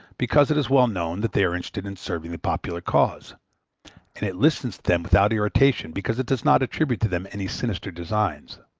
because it is well known that they are interested in serving the popular cause and it listens to them without irritation, because it does not attribute to them any sinister designs.